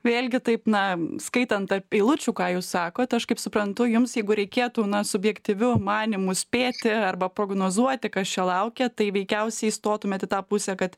vėlgi taip na skaitant tarp eilučių ką jūs sakote aš kaip suprantu jums jeigu reikėtų nuo subjektyvių manymų spėti arba prognozuoti kas čia laukia tai veikiausiai stotumėt į tą pusę kad